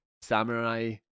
samurai